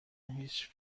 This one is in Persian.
هیچ